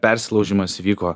persilaužimas įvyko